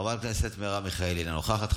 חברת הכנסת מרב מיכאלי, אינה נוכחת.